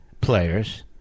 players